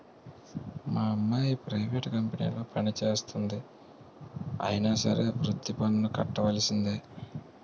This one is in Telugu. మా అమ్మాయి ప్రైవేట్ కంపెనీలో పనిచేస్తంది అయినా సరే వృత్తి పన్ను కట్టవలిసిందే